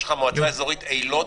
יש את מועצה אזורית אילות,